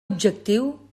objectiu